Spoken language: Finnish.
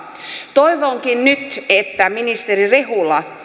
toivonkin nyt että ministeri rehula